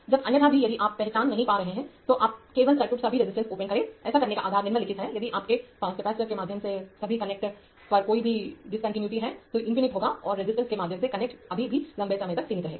अबअन्यथा भी यदि आप पहचान नहीं पा रहे हैं तो आप केवल सर्किट सभी रेसिस्टर्स ओपन करे ऐसा करने का आधार निम्नलिखित है यदि आपके पास कैपेसिटर के माध्यम से सभी कनेक्ट पर कोई भी डिस्कन्टिन्यूइटी है तो इनफिनिट होगा और रेसिस्टर्स के माध्यम से कनेक्ट अभी भी लंबे समय तक सीमित रहेगा